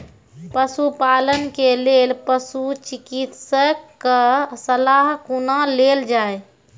पशुपालन के लेल पशुचिकित्शक कऽ सलाह कुना लेल जाय?